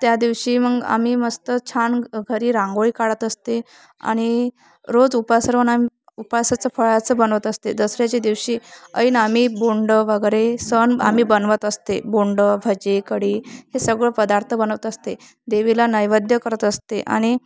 त्या दिवशी मग आम्ही मस्त छान घरी रांगोळी काढत असते आणि रोज उपवास राहून आम्ही उपवासाचं फळाचं बनवत असते दसऱ्याच्या दिवशी ऐन आम्ही बोंडं वगैरे सण आम्ही बनवत असते बोंडं भजे कडी हे सगळं पदार्थ बनवत असते देवीला नैवेद्य करत असते आणि